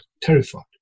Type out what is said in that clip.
terrified